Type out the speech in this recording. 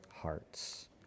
hearts